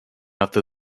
after